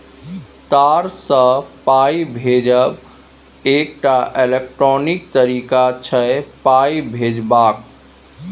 तार सँ पाइ भेजब एकटा इलेक्ट्रॉनिक तरीका छै पाइ भेजबाक